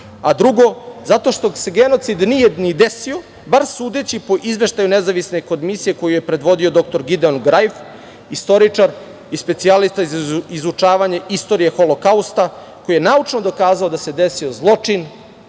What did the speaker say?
a drugo, zato što se genocid nije ni desio, bar sudeći po izveštaje nezavisne komisije koju je predvodio dr Giden Grajf, istoričar i specijalista za izučavanje istorije Holokausta, koji je naučno dokazao da se desio zločin